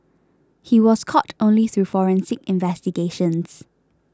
he was caught only through forensic investigations